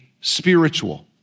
spiritual